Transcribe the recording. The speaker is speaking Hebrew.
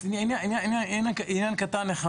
עניין קטן.